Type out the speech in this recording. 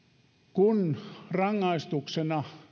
kun rangaistuksena